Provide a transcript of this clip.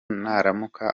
naramuka